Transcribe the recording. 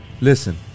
Listen